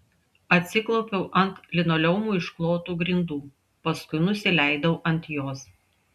atsiklaupiau ant linoleumu išklotų grindų paskui nusileidau ant jos